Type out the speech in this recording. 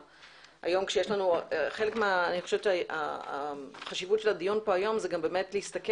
אני חושבת שהחשיבות של הדיון כאן היום היא גם להסתכל,